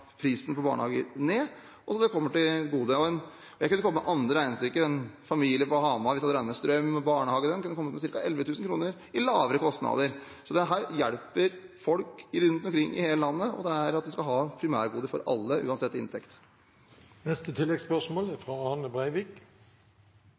prisen på å ha barn i barnehage ned, og det kommer folk til gode. Jeg kunne kommet med andre regnestykker. En familie på Hamar kunne kommet opp i, hvis man hadde regnet med strøm og barnehage, ca. 11 000 kr i lavere kostnader, så dette hjelper folk rundt omkring i hele landet. Vi skal ha primærgoder for alle uansett